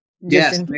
Yes